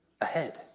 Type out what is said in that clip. ahead